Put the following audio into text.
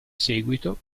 seguito